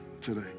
today